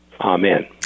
Amen